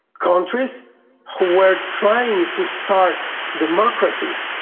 countries who were trying to start democracies,